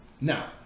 Now